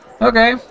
Okay